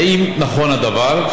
1. האם נכון הדבר?